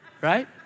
right